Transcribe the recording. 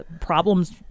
problems